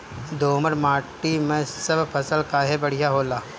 दोमट माटी मै सब फसल काहे बढ़िया होला?